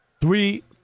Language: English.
Three